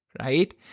right